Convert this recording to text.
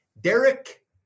Derek